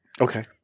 Okay